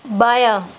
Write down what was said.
بایاں